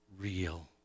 real